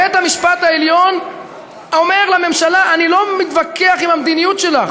בית-המשפט העליון אומר לממשלה: אני לא מתווכח עם המדיניות שלך,